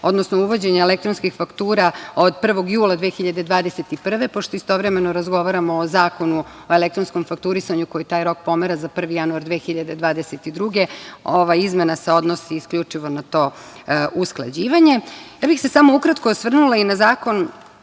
odnosno uvođenja elektronskih faktura od 1. jula 2021, pošto istovremeno razgovaramo o Zakonu o elektronskom fakturisanju, koji taj rok pomera za 1. januar 2022. godine, ova izmena se odnosi isključivo na to usklađivanje. Ukratko bih se osvrnula i na Zakon